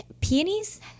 peonies